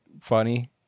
funny